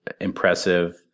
impressive